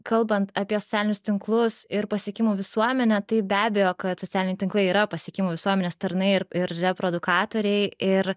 kalbant apie socialinius tinklus ir pasiekimų visuomenę tai be abejo kad socialiniai tinklai yra pasiekimų visuomenės tarnai ir ir reproduktoriai ir